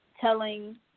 telling